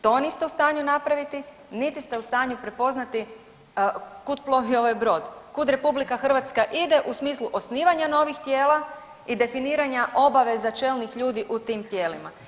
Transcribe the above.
To niste u stanju napraviti niti ste u stanju prepoznati kud plovi ovaj brod, kud RH ide u smislu osnivanja novih tijela i definiranja obaveza čelnih ljudi u tim tijelima.